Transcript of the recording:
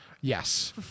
yes